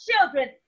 children